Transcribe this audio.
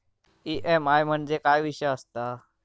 EMI म्हणजे काय विषय आसता?